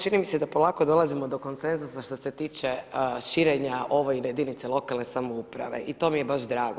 Čini mi se da polako dolazimo do konsenzusa što se tiče širenja ... [[Govornik se ne razumije]] jedinica lokalne samouprave i to mi je baš drago.